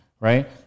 Right